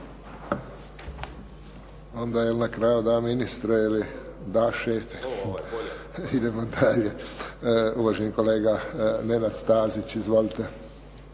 Onda je na kraju "Da ministre" ili da šefe. Idemo dalje. Uvaženi kolega Nenad Stazić. Izvolite.